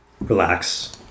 relax